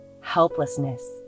helplessness